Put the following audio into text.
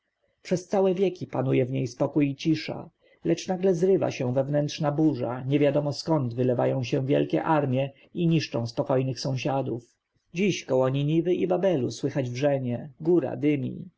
przez całe wieki panuje w niej spokój i cisza lecz nagle zrywa się wewnętrzna burza niewiadomo skąd wylewają się wielkie armje i niszczą spokojnych sąsiadów dziś około niniwy i babelu słychać wrzenie góra dymi